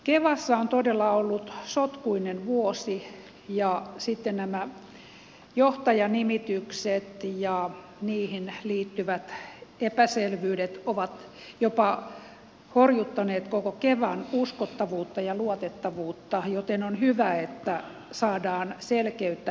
kevassa on todella ollut sotkuinen vuosi ja sitten nämä johtajanimitykset ja niihin liittyvät epäselvyydet ovat jopa horjuttaneet koko kevan uskottavuutta ja luotettavuutta joten on hyvä että saadaan selkeyttä pelisääntöihin